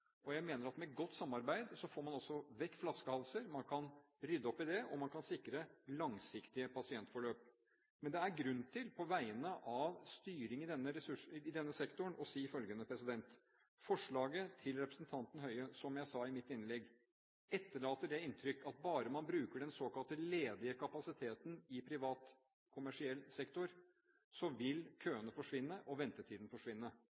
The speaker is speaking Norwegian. Jeg mener at med godt samarbeid får man vekk flaskehalser, man kan rydde opp, og man kan sikre langsiktige pasientforløp. Men det er grunn til på vegne av styring i denne sektoren å si følgende: Forslaget til representanten Høie etterlater, som jeg sa i mitt innlegg, det inntrykk at bare man bruker den såkalte ledige kapasiteten i privat kommersiell sektor, vil køene og ventetidene forsvinne.